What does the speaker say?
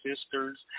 sisters